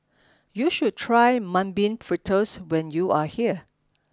you must try mung bean fritters when you are here